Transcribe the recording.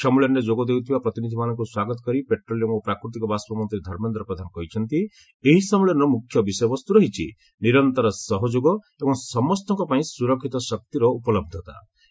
ସମ୍ମିଳନୀରେ ଯୋଗ ଦେଉଥିବା ପ୍ରତିନିଧିମାନଙ୍କୁ ସ୍ୱାଗତ କରି ପେଟ୍ରୋଲିୟମ୍ ଓ ପ୍ରାକୃତିକ ବାଷ୍କ ମନ୍ତ୍ରୀ ଧର୍ମେନ୍ଦ୍ର ପ୍ରଧାନ କହିଛନ୍ତି ଏହି ସମ୍ମିଳନୀର ମୁଖ୍ୟ ବିଷୟବସ୍ତୁ ରହିଛି 'ନିରନ୍ତର ସହଯୋଗ ଏବଂ ସମସ୍ତଙ୍କ ପାଇଁ ସୁରକ୍ଷିତ ଶକ୍ତିର ଉପଲହ୍ଧତା'